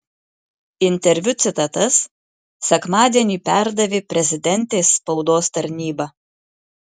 interviu citatas sekmadienį perdavė prezidentės spaudos tarnyba